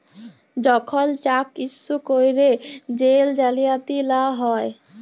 যখল cheque issue ক্যইরে জেল জালিয়াতি লা হ্যয়